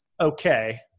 okay